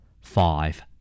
five